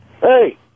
Hey